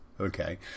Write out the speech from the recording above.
Okay